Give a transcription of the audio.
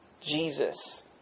Jesus